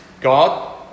God